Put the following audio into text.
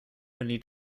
only